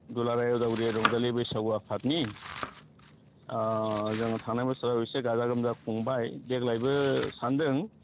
दुलाराय उदालगुरि रंजालि बैसागु आफादनि जोङो थांनाय बोसोराव एसे गाजा गोमजा खुंबाय देग्लायबो सानदों